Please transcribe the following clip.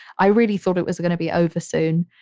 i really thought it was gonna be over soon.